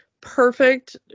perfect